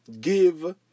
give